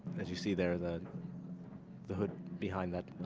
as you see there the the hood behind that